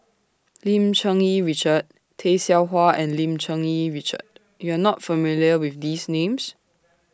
Lim Cherng Yih Richard Tay Seow Huah and Lim Cherng Yih Richard YOU Are not familiar with These Names